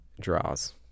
Draws